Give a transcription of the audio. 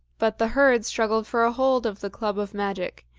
but the herd struggled for a hold of the club of magic,